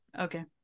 Okay